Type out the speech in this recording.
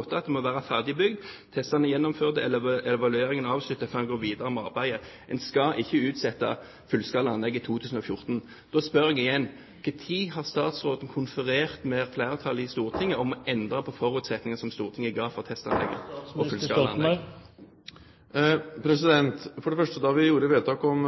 at det må vere ferdig bygt, testane gjennomførde eller evalueringa avslutta før ein går vidare i arbeidet En skal ikke utsette fullskalaanlegget i 2014. Da spør jeg igjen: Når har statsråden konferert med flertallet i Stortinget om å endre på forutsetningene som Stortinget ga for testanlegg og fullskalaanlegg? For det første: Da vi gjorde vedtak om